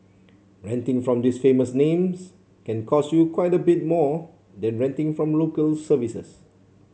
renting from these famous names can cost you quite a bit more than renting from Local Services